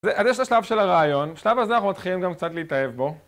אז יש את השלב של הרעיון, בשלב הזה אנחנו מתחילים גם קצת להתאהב בו.